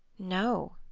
no,